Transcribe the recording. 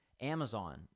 amazon